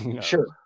Sure